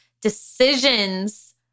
decisions